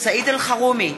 סעיד אלחרומי,